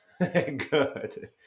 Good